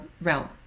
realm